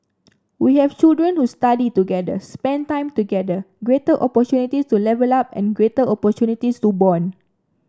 we have children who study together spent time together greater opportunities to level up and greater opportunities to bond